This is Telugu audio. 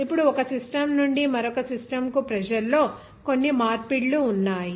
ఇప్పుడు ఒక సిస్టమ్ నుండి మరొక సిస్టమ్ కు ప్రెజర్ లో కొన్ని మార్పిడులు ఉన్నాయి